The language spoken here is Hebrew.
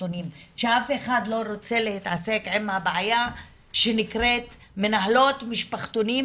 המשפחתונים שאף אחד לא רוצה להתעסק עם הבעיה שנקראת מנהלות משפחתונים,